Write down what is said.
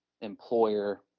employer